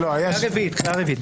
קריאה רביעית.